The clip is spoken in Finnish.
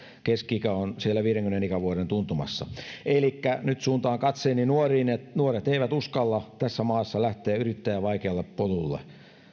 keski ikä on siellä viidenkymmenen ikävuoden tuntumassa nyt suuntaan katseeni nuoriin nuoret eivät uskalla tässä maassa lähteä yrittäjän vaikealle polulle